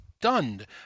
stunned